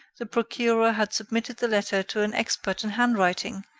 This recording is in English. the procurer had submitted the letter to an expert in handwriting,